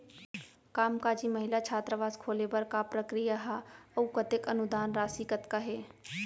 कामकाजी महिला छात्रावास खोले बर का प्रक्रिया ह अऊ कतेक अनुदान राशि कतका हे?